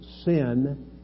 sin